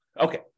Okay